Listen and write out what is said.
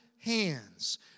hands